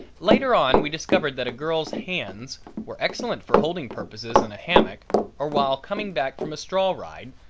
later on we discovered that a girl's hands were excellent for holding purposes in a hammock or while coming back from a straw ride,